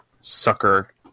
sucker